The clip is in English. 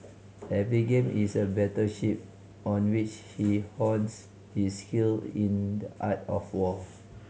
every game is a battle shift on which he hones his skill in the art of war